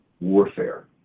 warfare